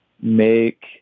make